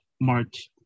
March